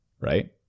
right